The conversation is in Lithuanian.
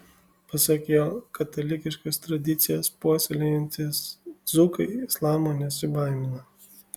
pasak jo katalikiškas tradicijas puoselėjantys dzūkai islamo nesibaimina